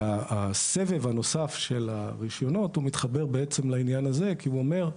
הסבב הנוסף של הרישיונות הוא מתחבר בעצם לעניין הזה כי הוא אומר,